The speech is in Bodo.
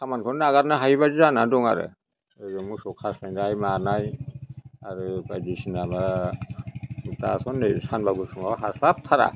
खामानिखौनो नागारनो हायैबादि जाना दं आरो ओरै मोसौ खास्लायनाय मानाय आरो बायदिसिना माबा दाथ' नै सानबा गुसुंआव हास्लाबथारा